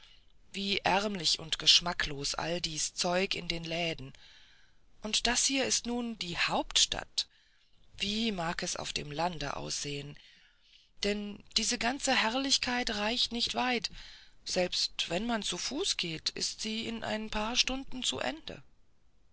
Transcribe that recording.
wie ärmlich und geschmacklos all dies zeug in den läden und das ist nun die hauptstadt wie mag es auf dem lande aussehen denn diese ganze herrlichkeit reicht nicht weit selbst wenn man zu fuß geht ist sie in ein paar stunden zu ende